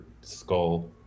skull